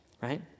right